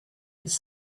its